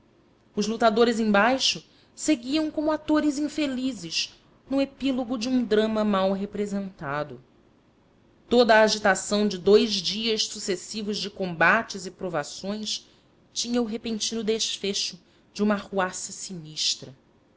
os lutadores embaixo seguiam como atores infelizes no epílogo de um drama mal representado toda a agitação de dous dias sucessivos de combates e provações tinha o repentino desfecho de uma arruaça sinistra